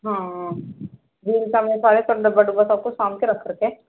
ਹਾਂ ਸਭ ਕੁਝ ਸਾਂਭ ਕੇ ਰੱਖ ਸਕੇ ਹਾਂ